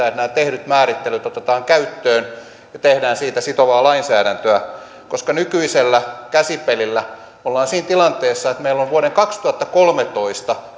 että nämä tehdyt määrittelyt otetaan käyttöön ja tehdään siitä sitovaa lainsäädäntöä nykyisellä käsipelillä ollaan siinä tilanteessa että meillä on vuoden kaksituhattakolmetoista